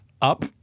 up